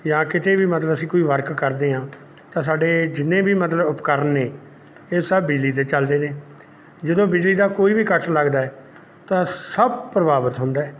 ਜਾਂ ਕਿਤੇ ਵੀ ਅਸੀਂ ਮਤਲਬ ਕੋਈ ਵਰਕ ਕਰਦੇ ਹਾਂ ਤਾਂ ਸਾਡੇ ਜਿੰਨੇ ਵੀ ਮਤਲਬ ਉਪਕਰਨ ਨੇ ਇਹ ਸਭ ਬਿਜਲੀ 'ਤੇ ਚੱਲਦੇ ਨੇ ਜਦੋਂ ਬਿਜਲੀ ਦਾ ਕੋਈ ਵੀ ਕੱਟ ਲੱਗਦਾ ਹੈ ਤਾਂ ਸਭ ਪ੍ਰਭਾਵਿਤ ਹੁੰਦਾ ਹੈ